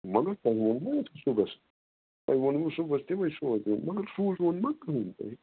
وَلہٕ حظ تۄہہِ ونو نا اَسہِ صُبحَس تۄہہِ وونوٕ صُبحَس سوزٕوَن مگر سوٗزٕوُن نہٕ کٔہٕنۍ